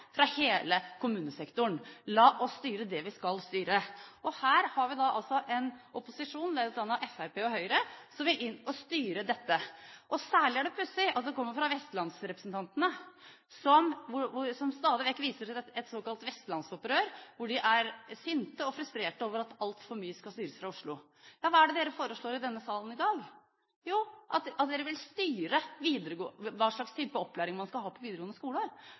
fra hele kommunesektoren. La oss styre det vi skal styre. Her har vi altså en opposisjon, ledet an av Fremskrittspartiet og Høyre, som vil inn og styre dette. Særlig er det pussig at det kommer fra vestlandsrepresentantene, som stadig vekk viser til et såkalt vestlandsopprør, hvor de er sinte og frustrerte over at altfor mye skal styres fra Oslo. Ja, hva er det dere foreslår i denne salen i dag? Jo, at dere vil styre hva slags type opplæring man skal ha på videregående skole,